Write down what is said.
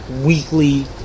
weekly